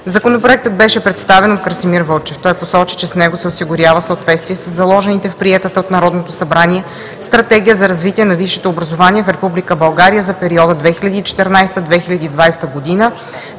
Законопроектът беше представен от Красимир Вълчев. Той посочи, че с него се осигурява съответствие със заложените в приетата от Народното събрание Стратегия за развитие на висшето образование в Република България за периода 2014 – 2020 г.